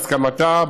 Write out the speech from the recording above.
בהסכמתה,